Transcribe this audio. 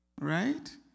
Right